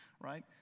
right